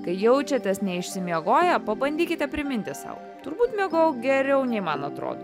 kai jaučiatės neišsimiegoję pabandykite priminti sau turbūt miegojau geriau nei man atrodo